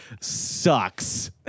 sucks